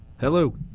hello